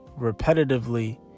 repetitively